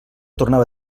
tornava